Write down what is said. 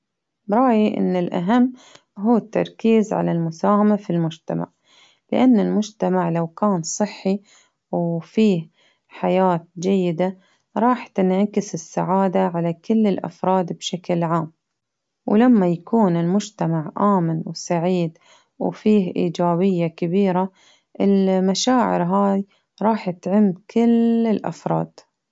برأيي إن الأهم هو التركيز على المساهمة في المجتمع، لأن المجتمع لو كان صحي وفيه حياة جيدة، راح تنعكس السعادة على كل الأفراد بشكل عام، ولما يكون المجتمع آمن وسعيد وفيه إيجابية كبيرة، المشاعر هاي راحت عند كل الأفراد.